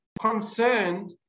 concerned